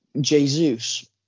Jesus